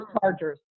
chargers